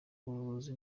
buvuzi